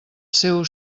seu